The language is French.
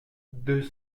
deux